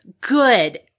good